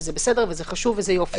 שזה בסדר וזה חשוב וזה יופי,